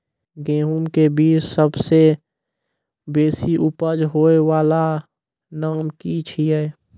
गेहूँमक बीज सबसे बेसी उपज होय वालाक नाम की छियै?